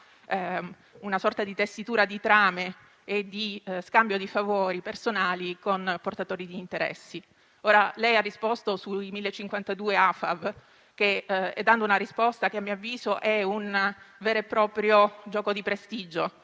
una sorta di tessitura di trame e di scambio di favori personali con portatori di interessi. Lei ha risposto sui 1.052 AFAV, dando una risposta che, a mio avviso, è un vero e proprio gioco di prestigio,